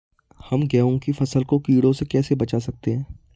हम गेहूँ की फसल को कीड़ों से कैसे बचा सकते हैं?